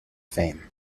fame